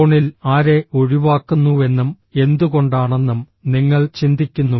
ഫോണിൽ ആരെ ഒഴിവാക്കുന്നുവെന്നും എന്തുകൊണ്ടാണെന്നും നിങ്ങൾ ചിന്തിക്കുന്നു